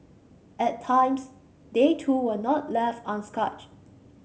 at times they too were not left unscath